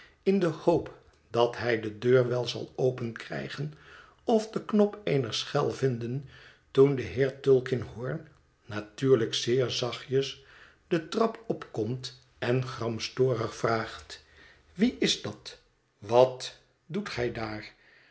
in de hoop dat hij de deur wel zal openkrijgen of den knop eener schel vinden toen de heer tulkinghorn natuurlijk zeer zachtjes de trap opkomt en gramstorig vraagt wie is dat wat doet gij daar